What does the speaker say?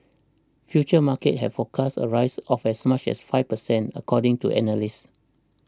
futures markets had forecast a rise of as much as five percent according to analysts